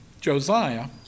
Josiah